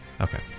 Okay